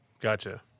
Gotcha